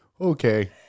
Okay